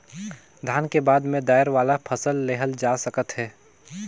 धान के बाद में दायर वाला फसल लेहल जा सकत हे